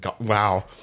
wow